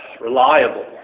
reliable